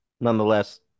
nonetheless